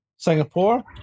Singapore